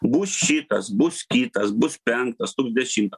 bus šitas bus kitas bus penktas dešimtas